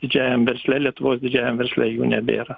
didžiajam versle lietuvos didžiajam versle jų nebėra